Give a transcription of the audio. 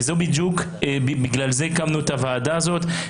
וזו בדיוק הסיבה שבגללה הקמנו את הוועדה הזאת.